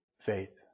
faith